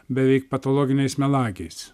beveik patologiniais melagiais